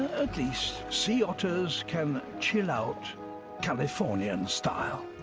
at least, sea otters can chill out californian style.